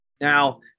Now